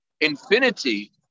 infinity